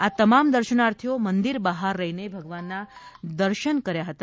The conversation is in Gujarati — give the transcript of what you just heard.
આ તમામ દર્શનાર્થીઓ મંદિર બહાર રહીને ભગવાનના દર્શન કર્યા હતા